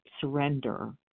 surrender